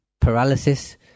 paralysis